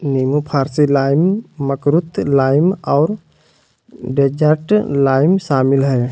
नींबू Farsi lime, makrut lime और desert lime शामिल हइ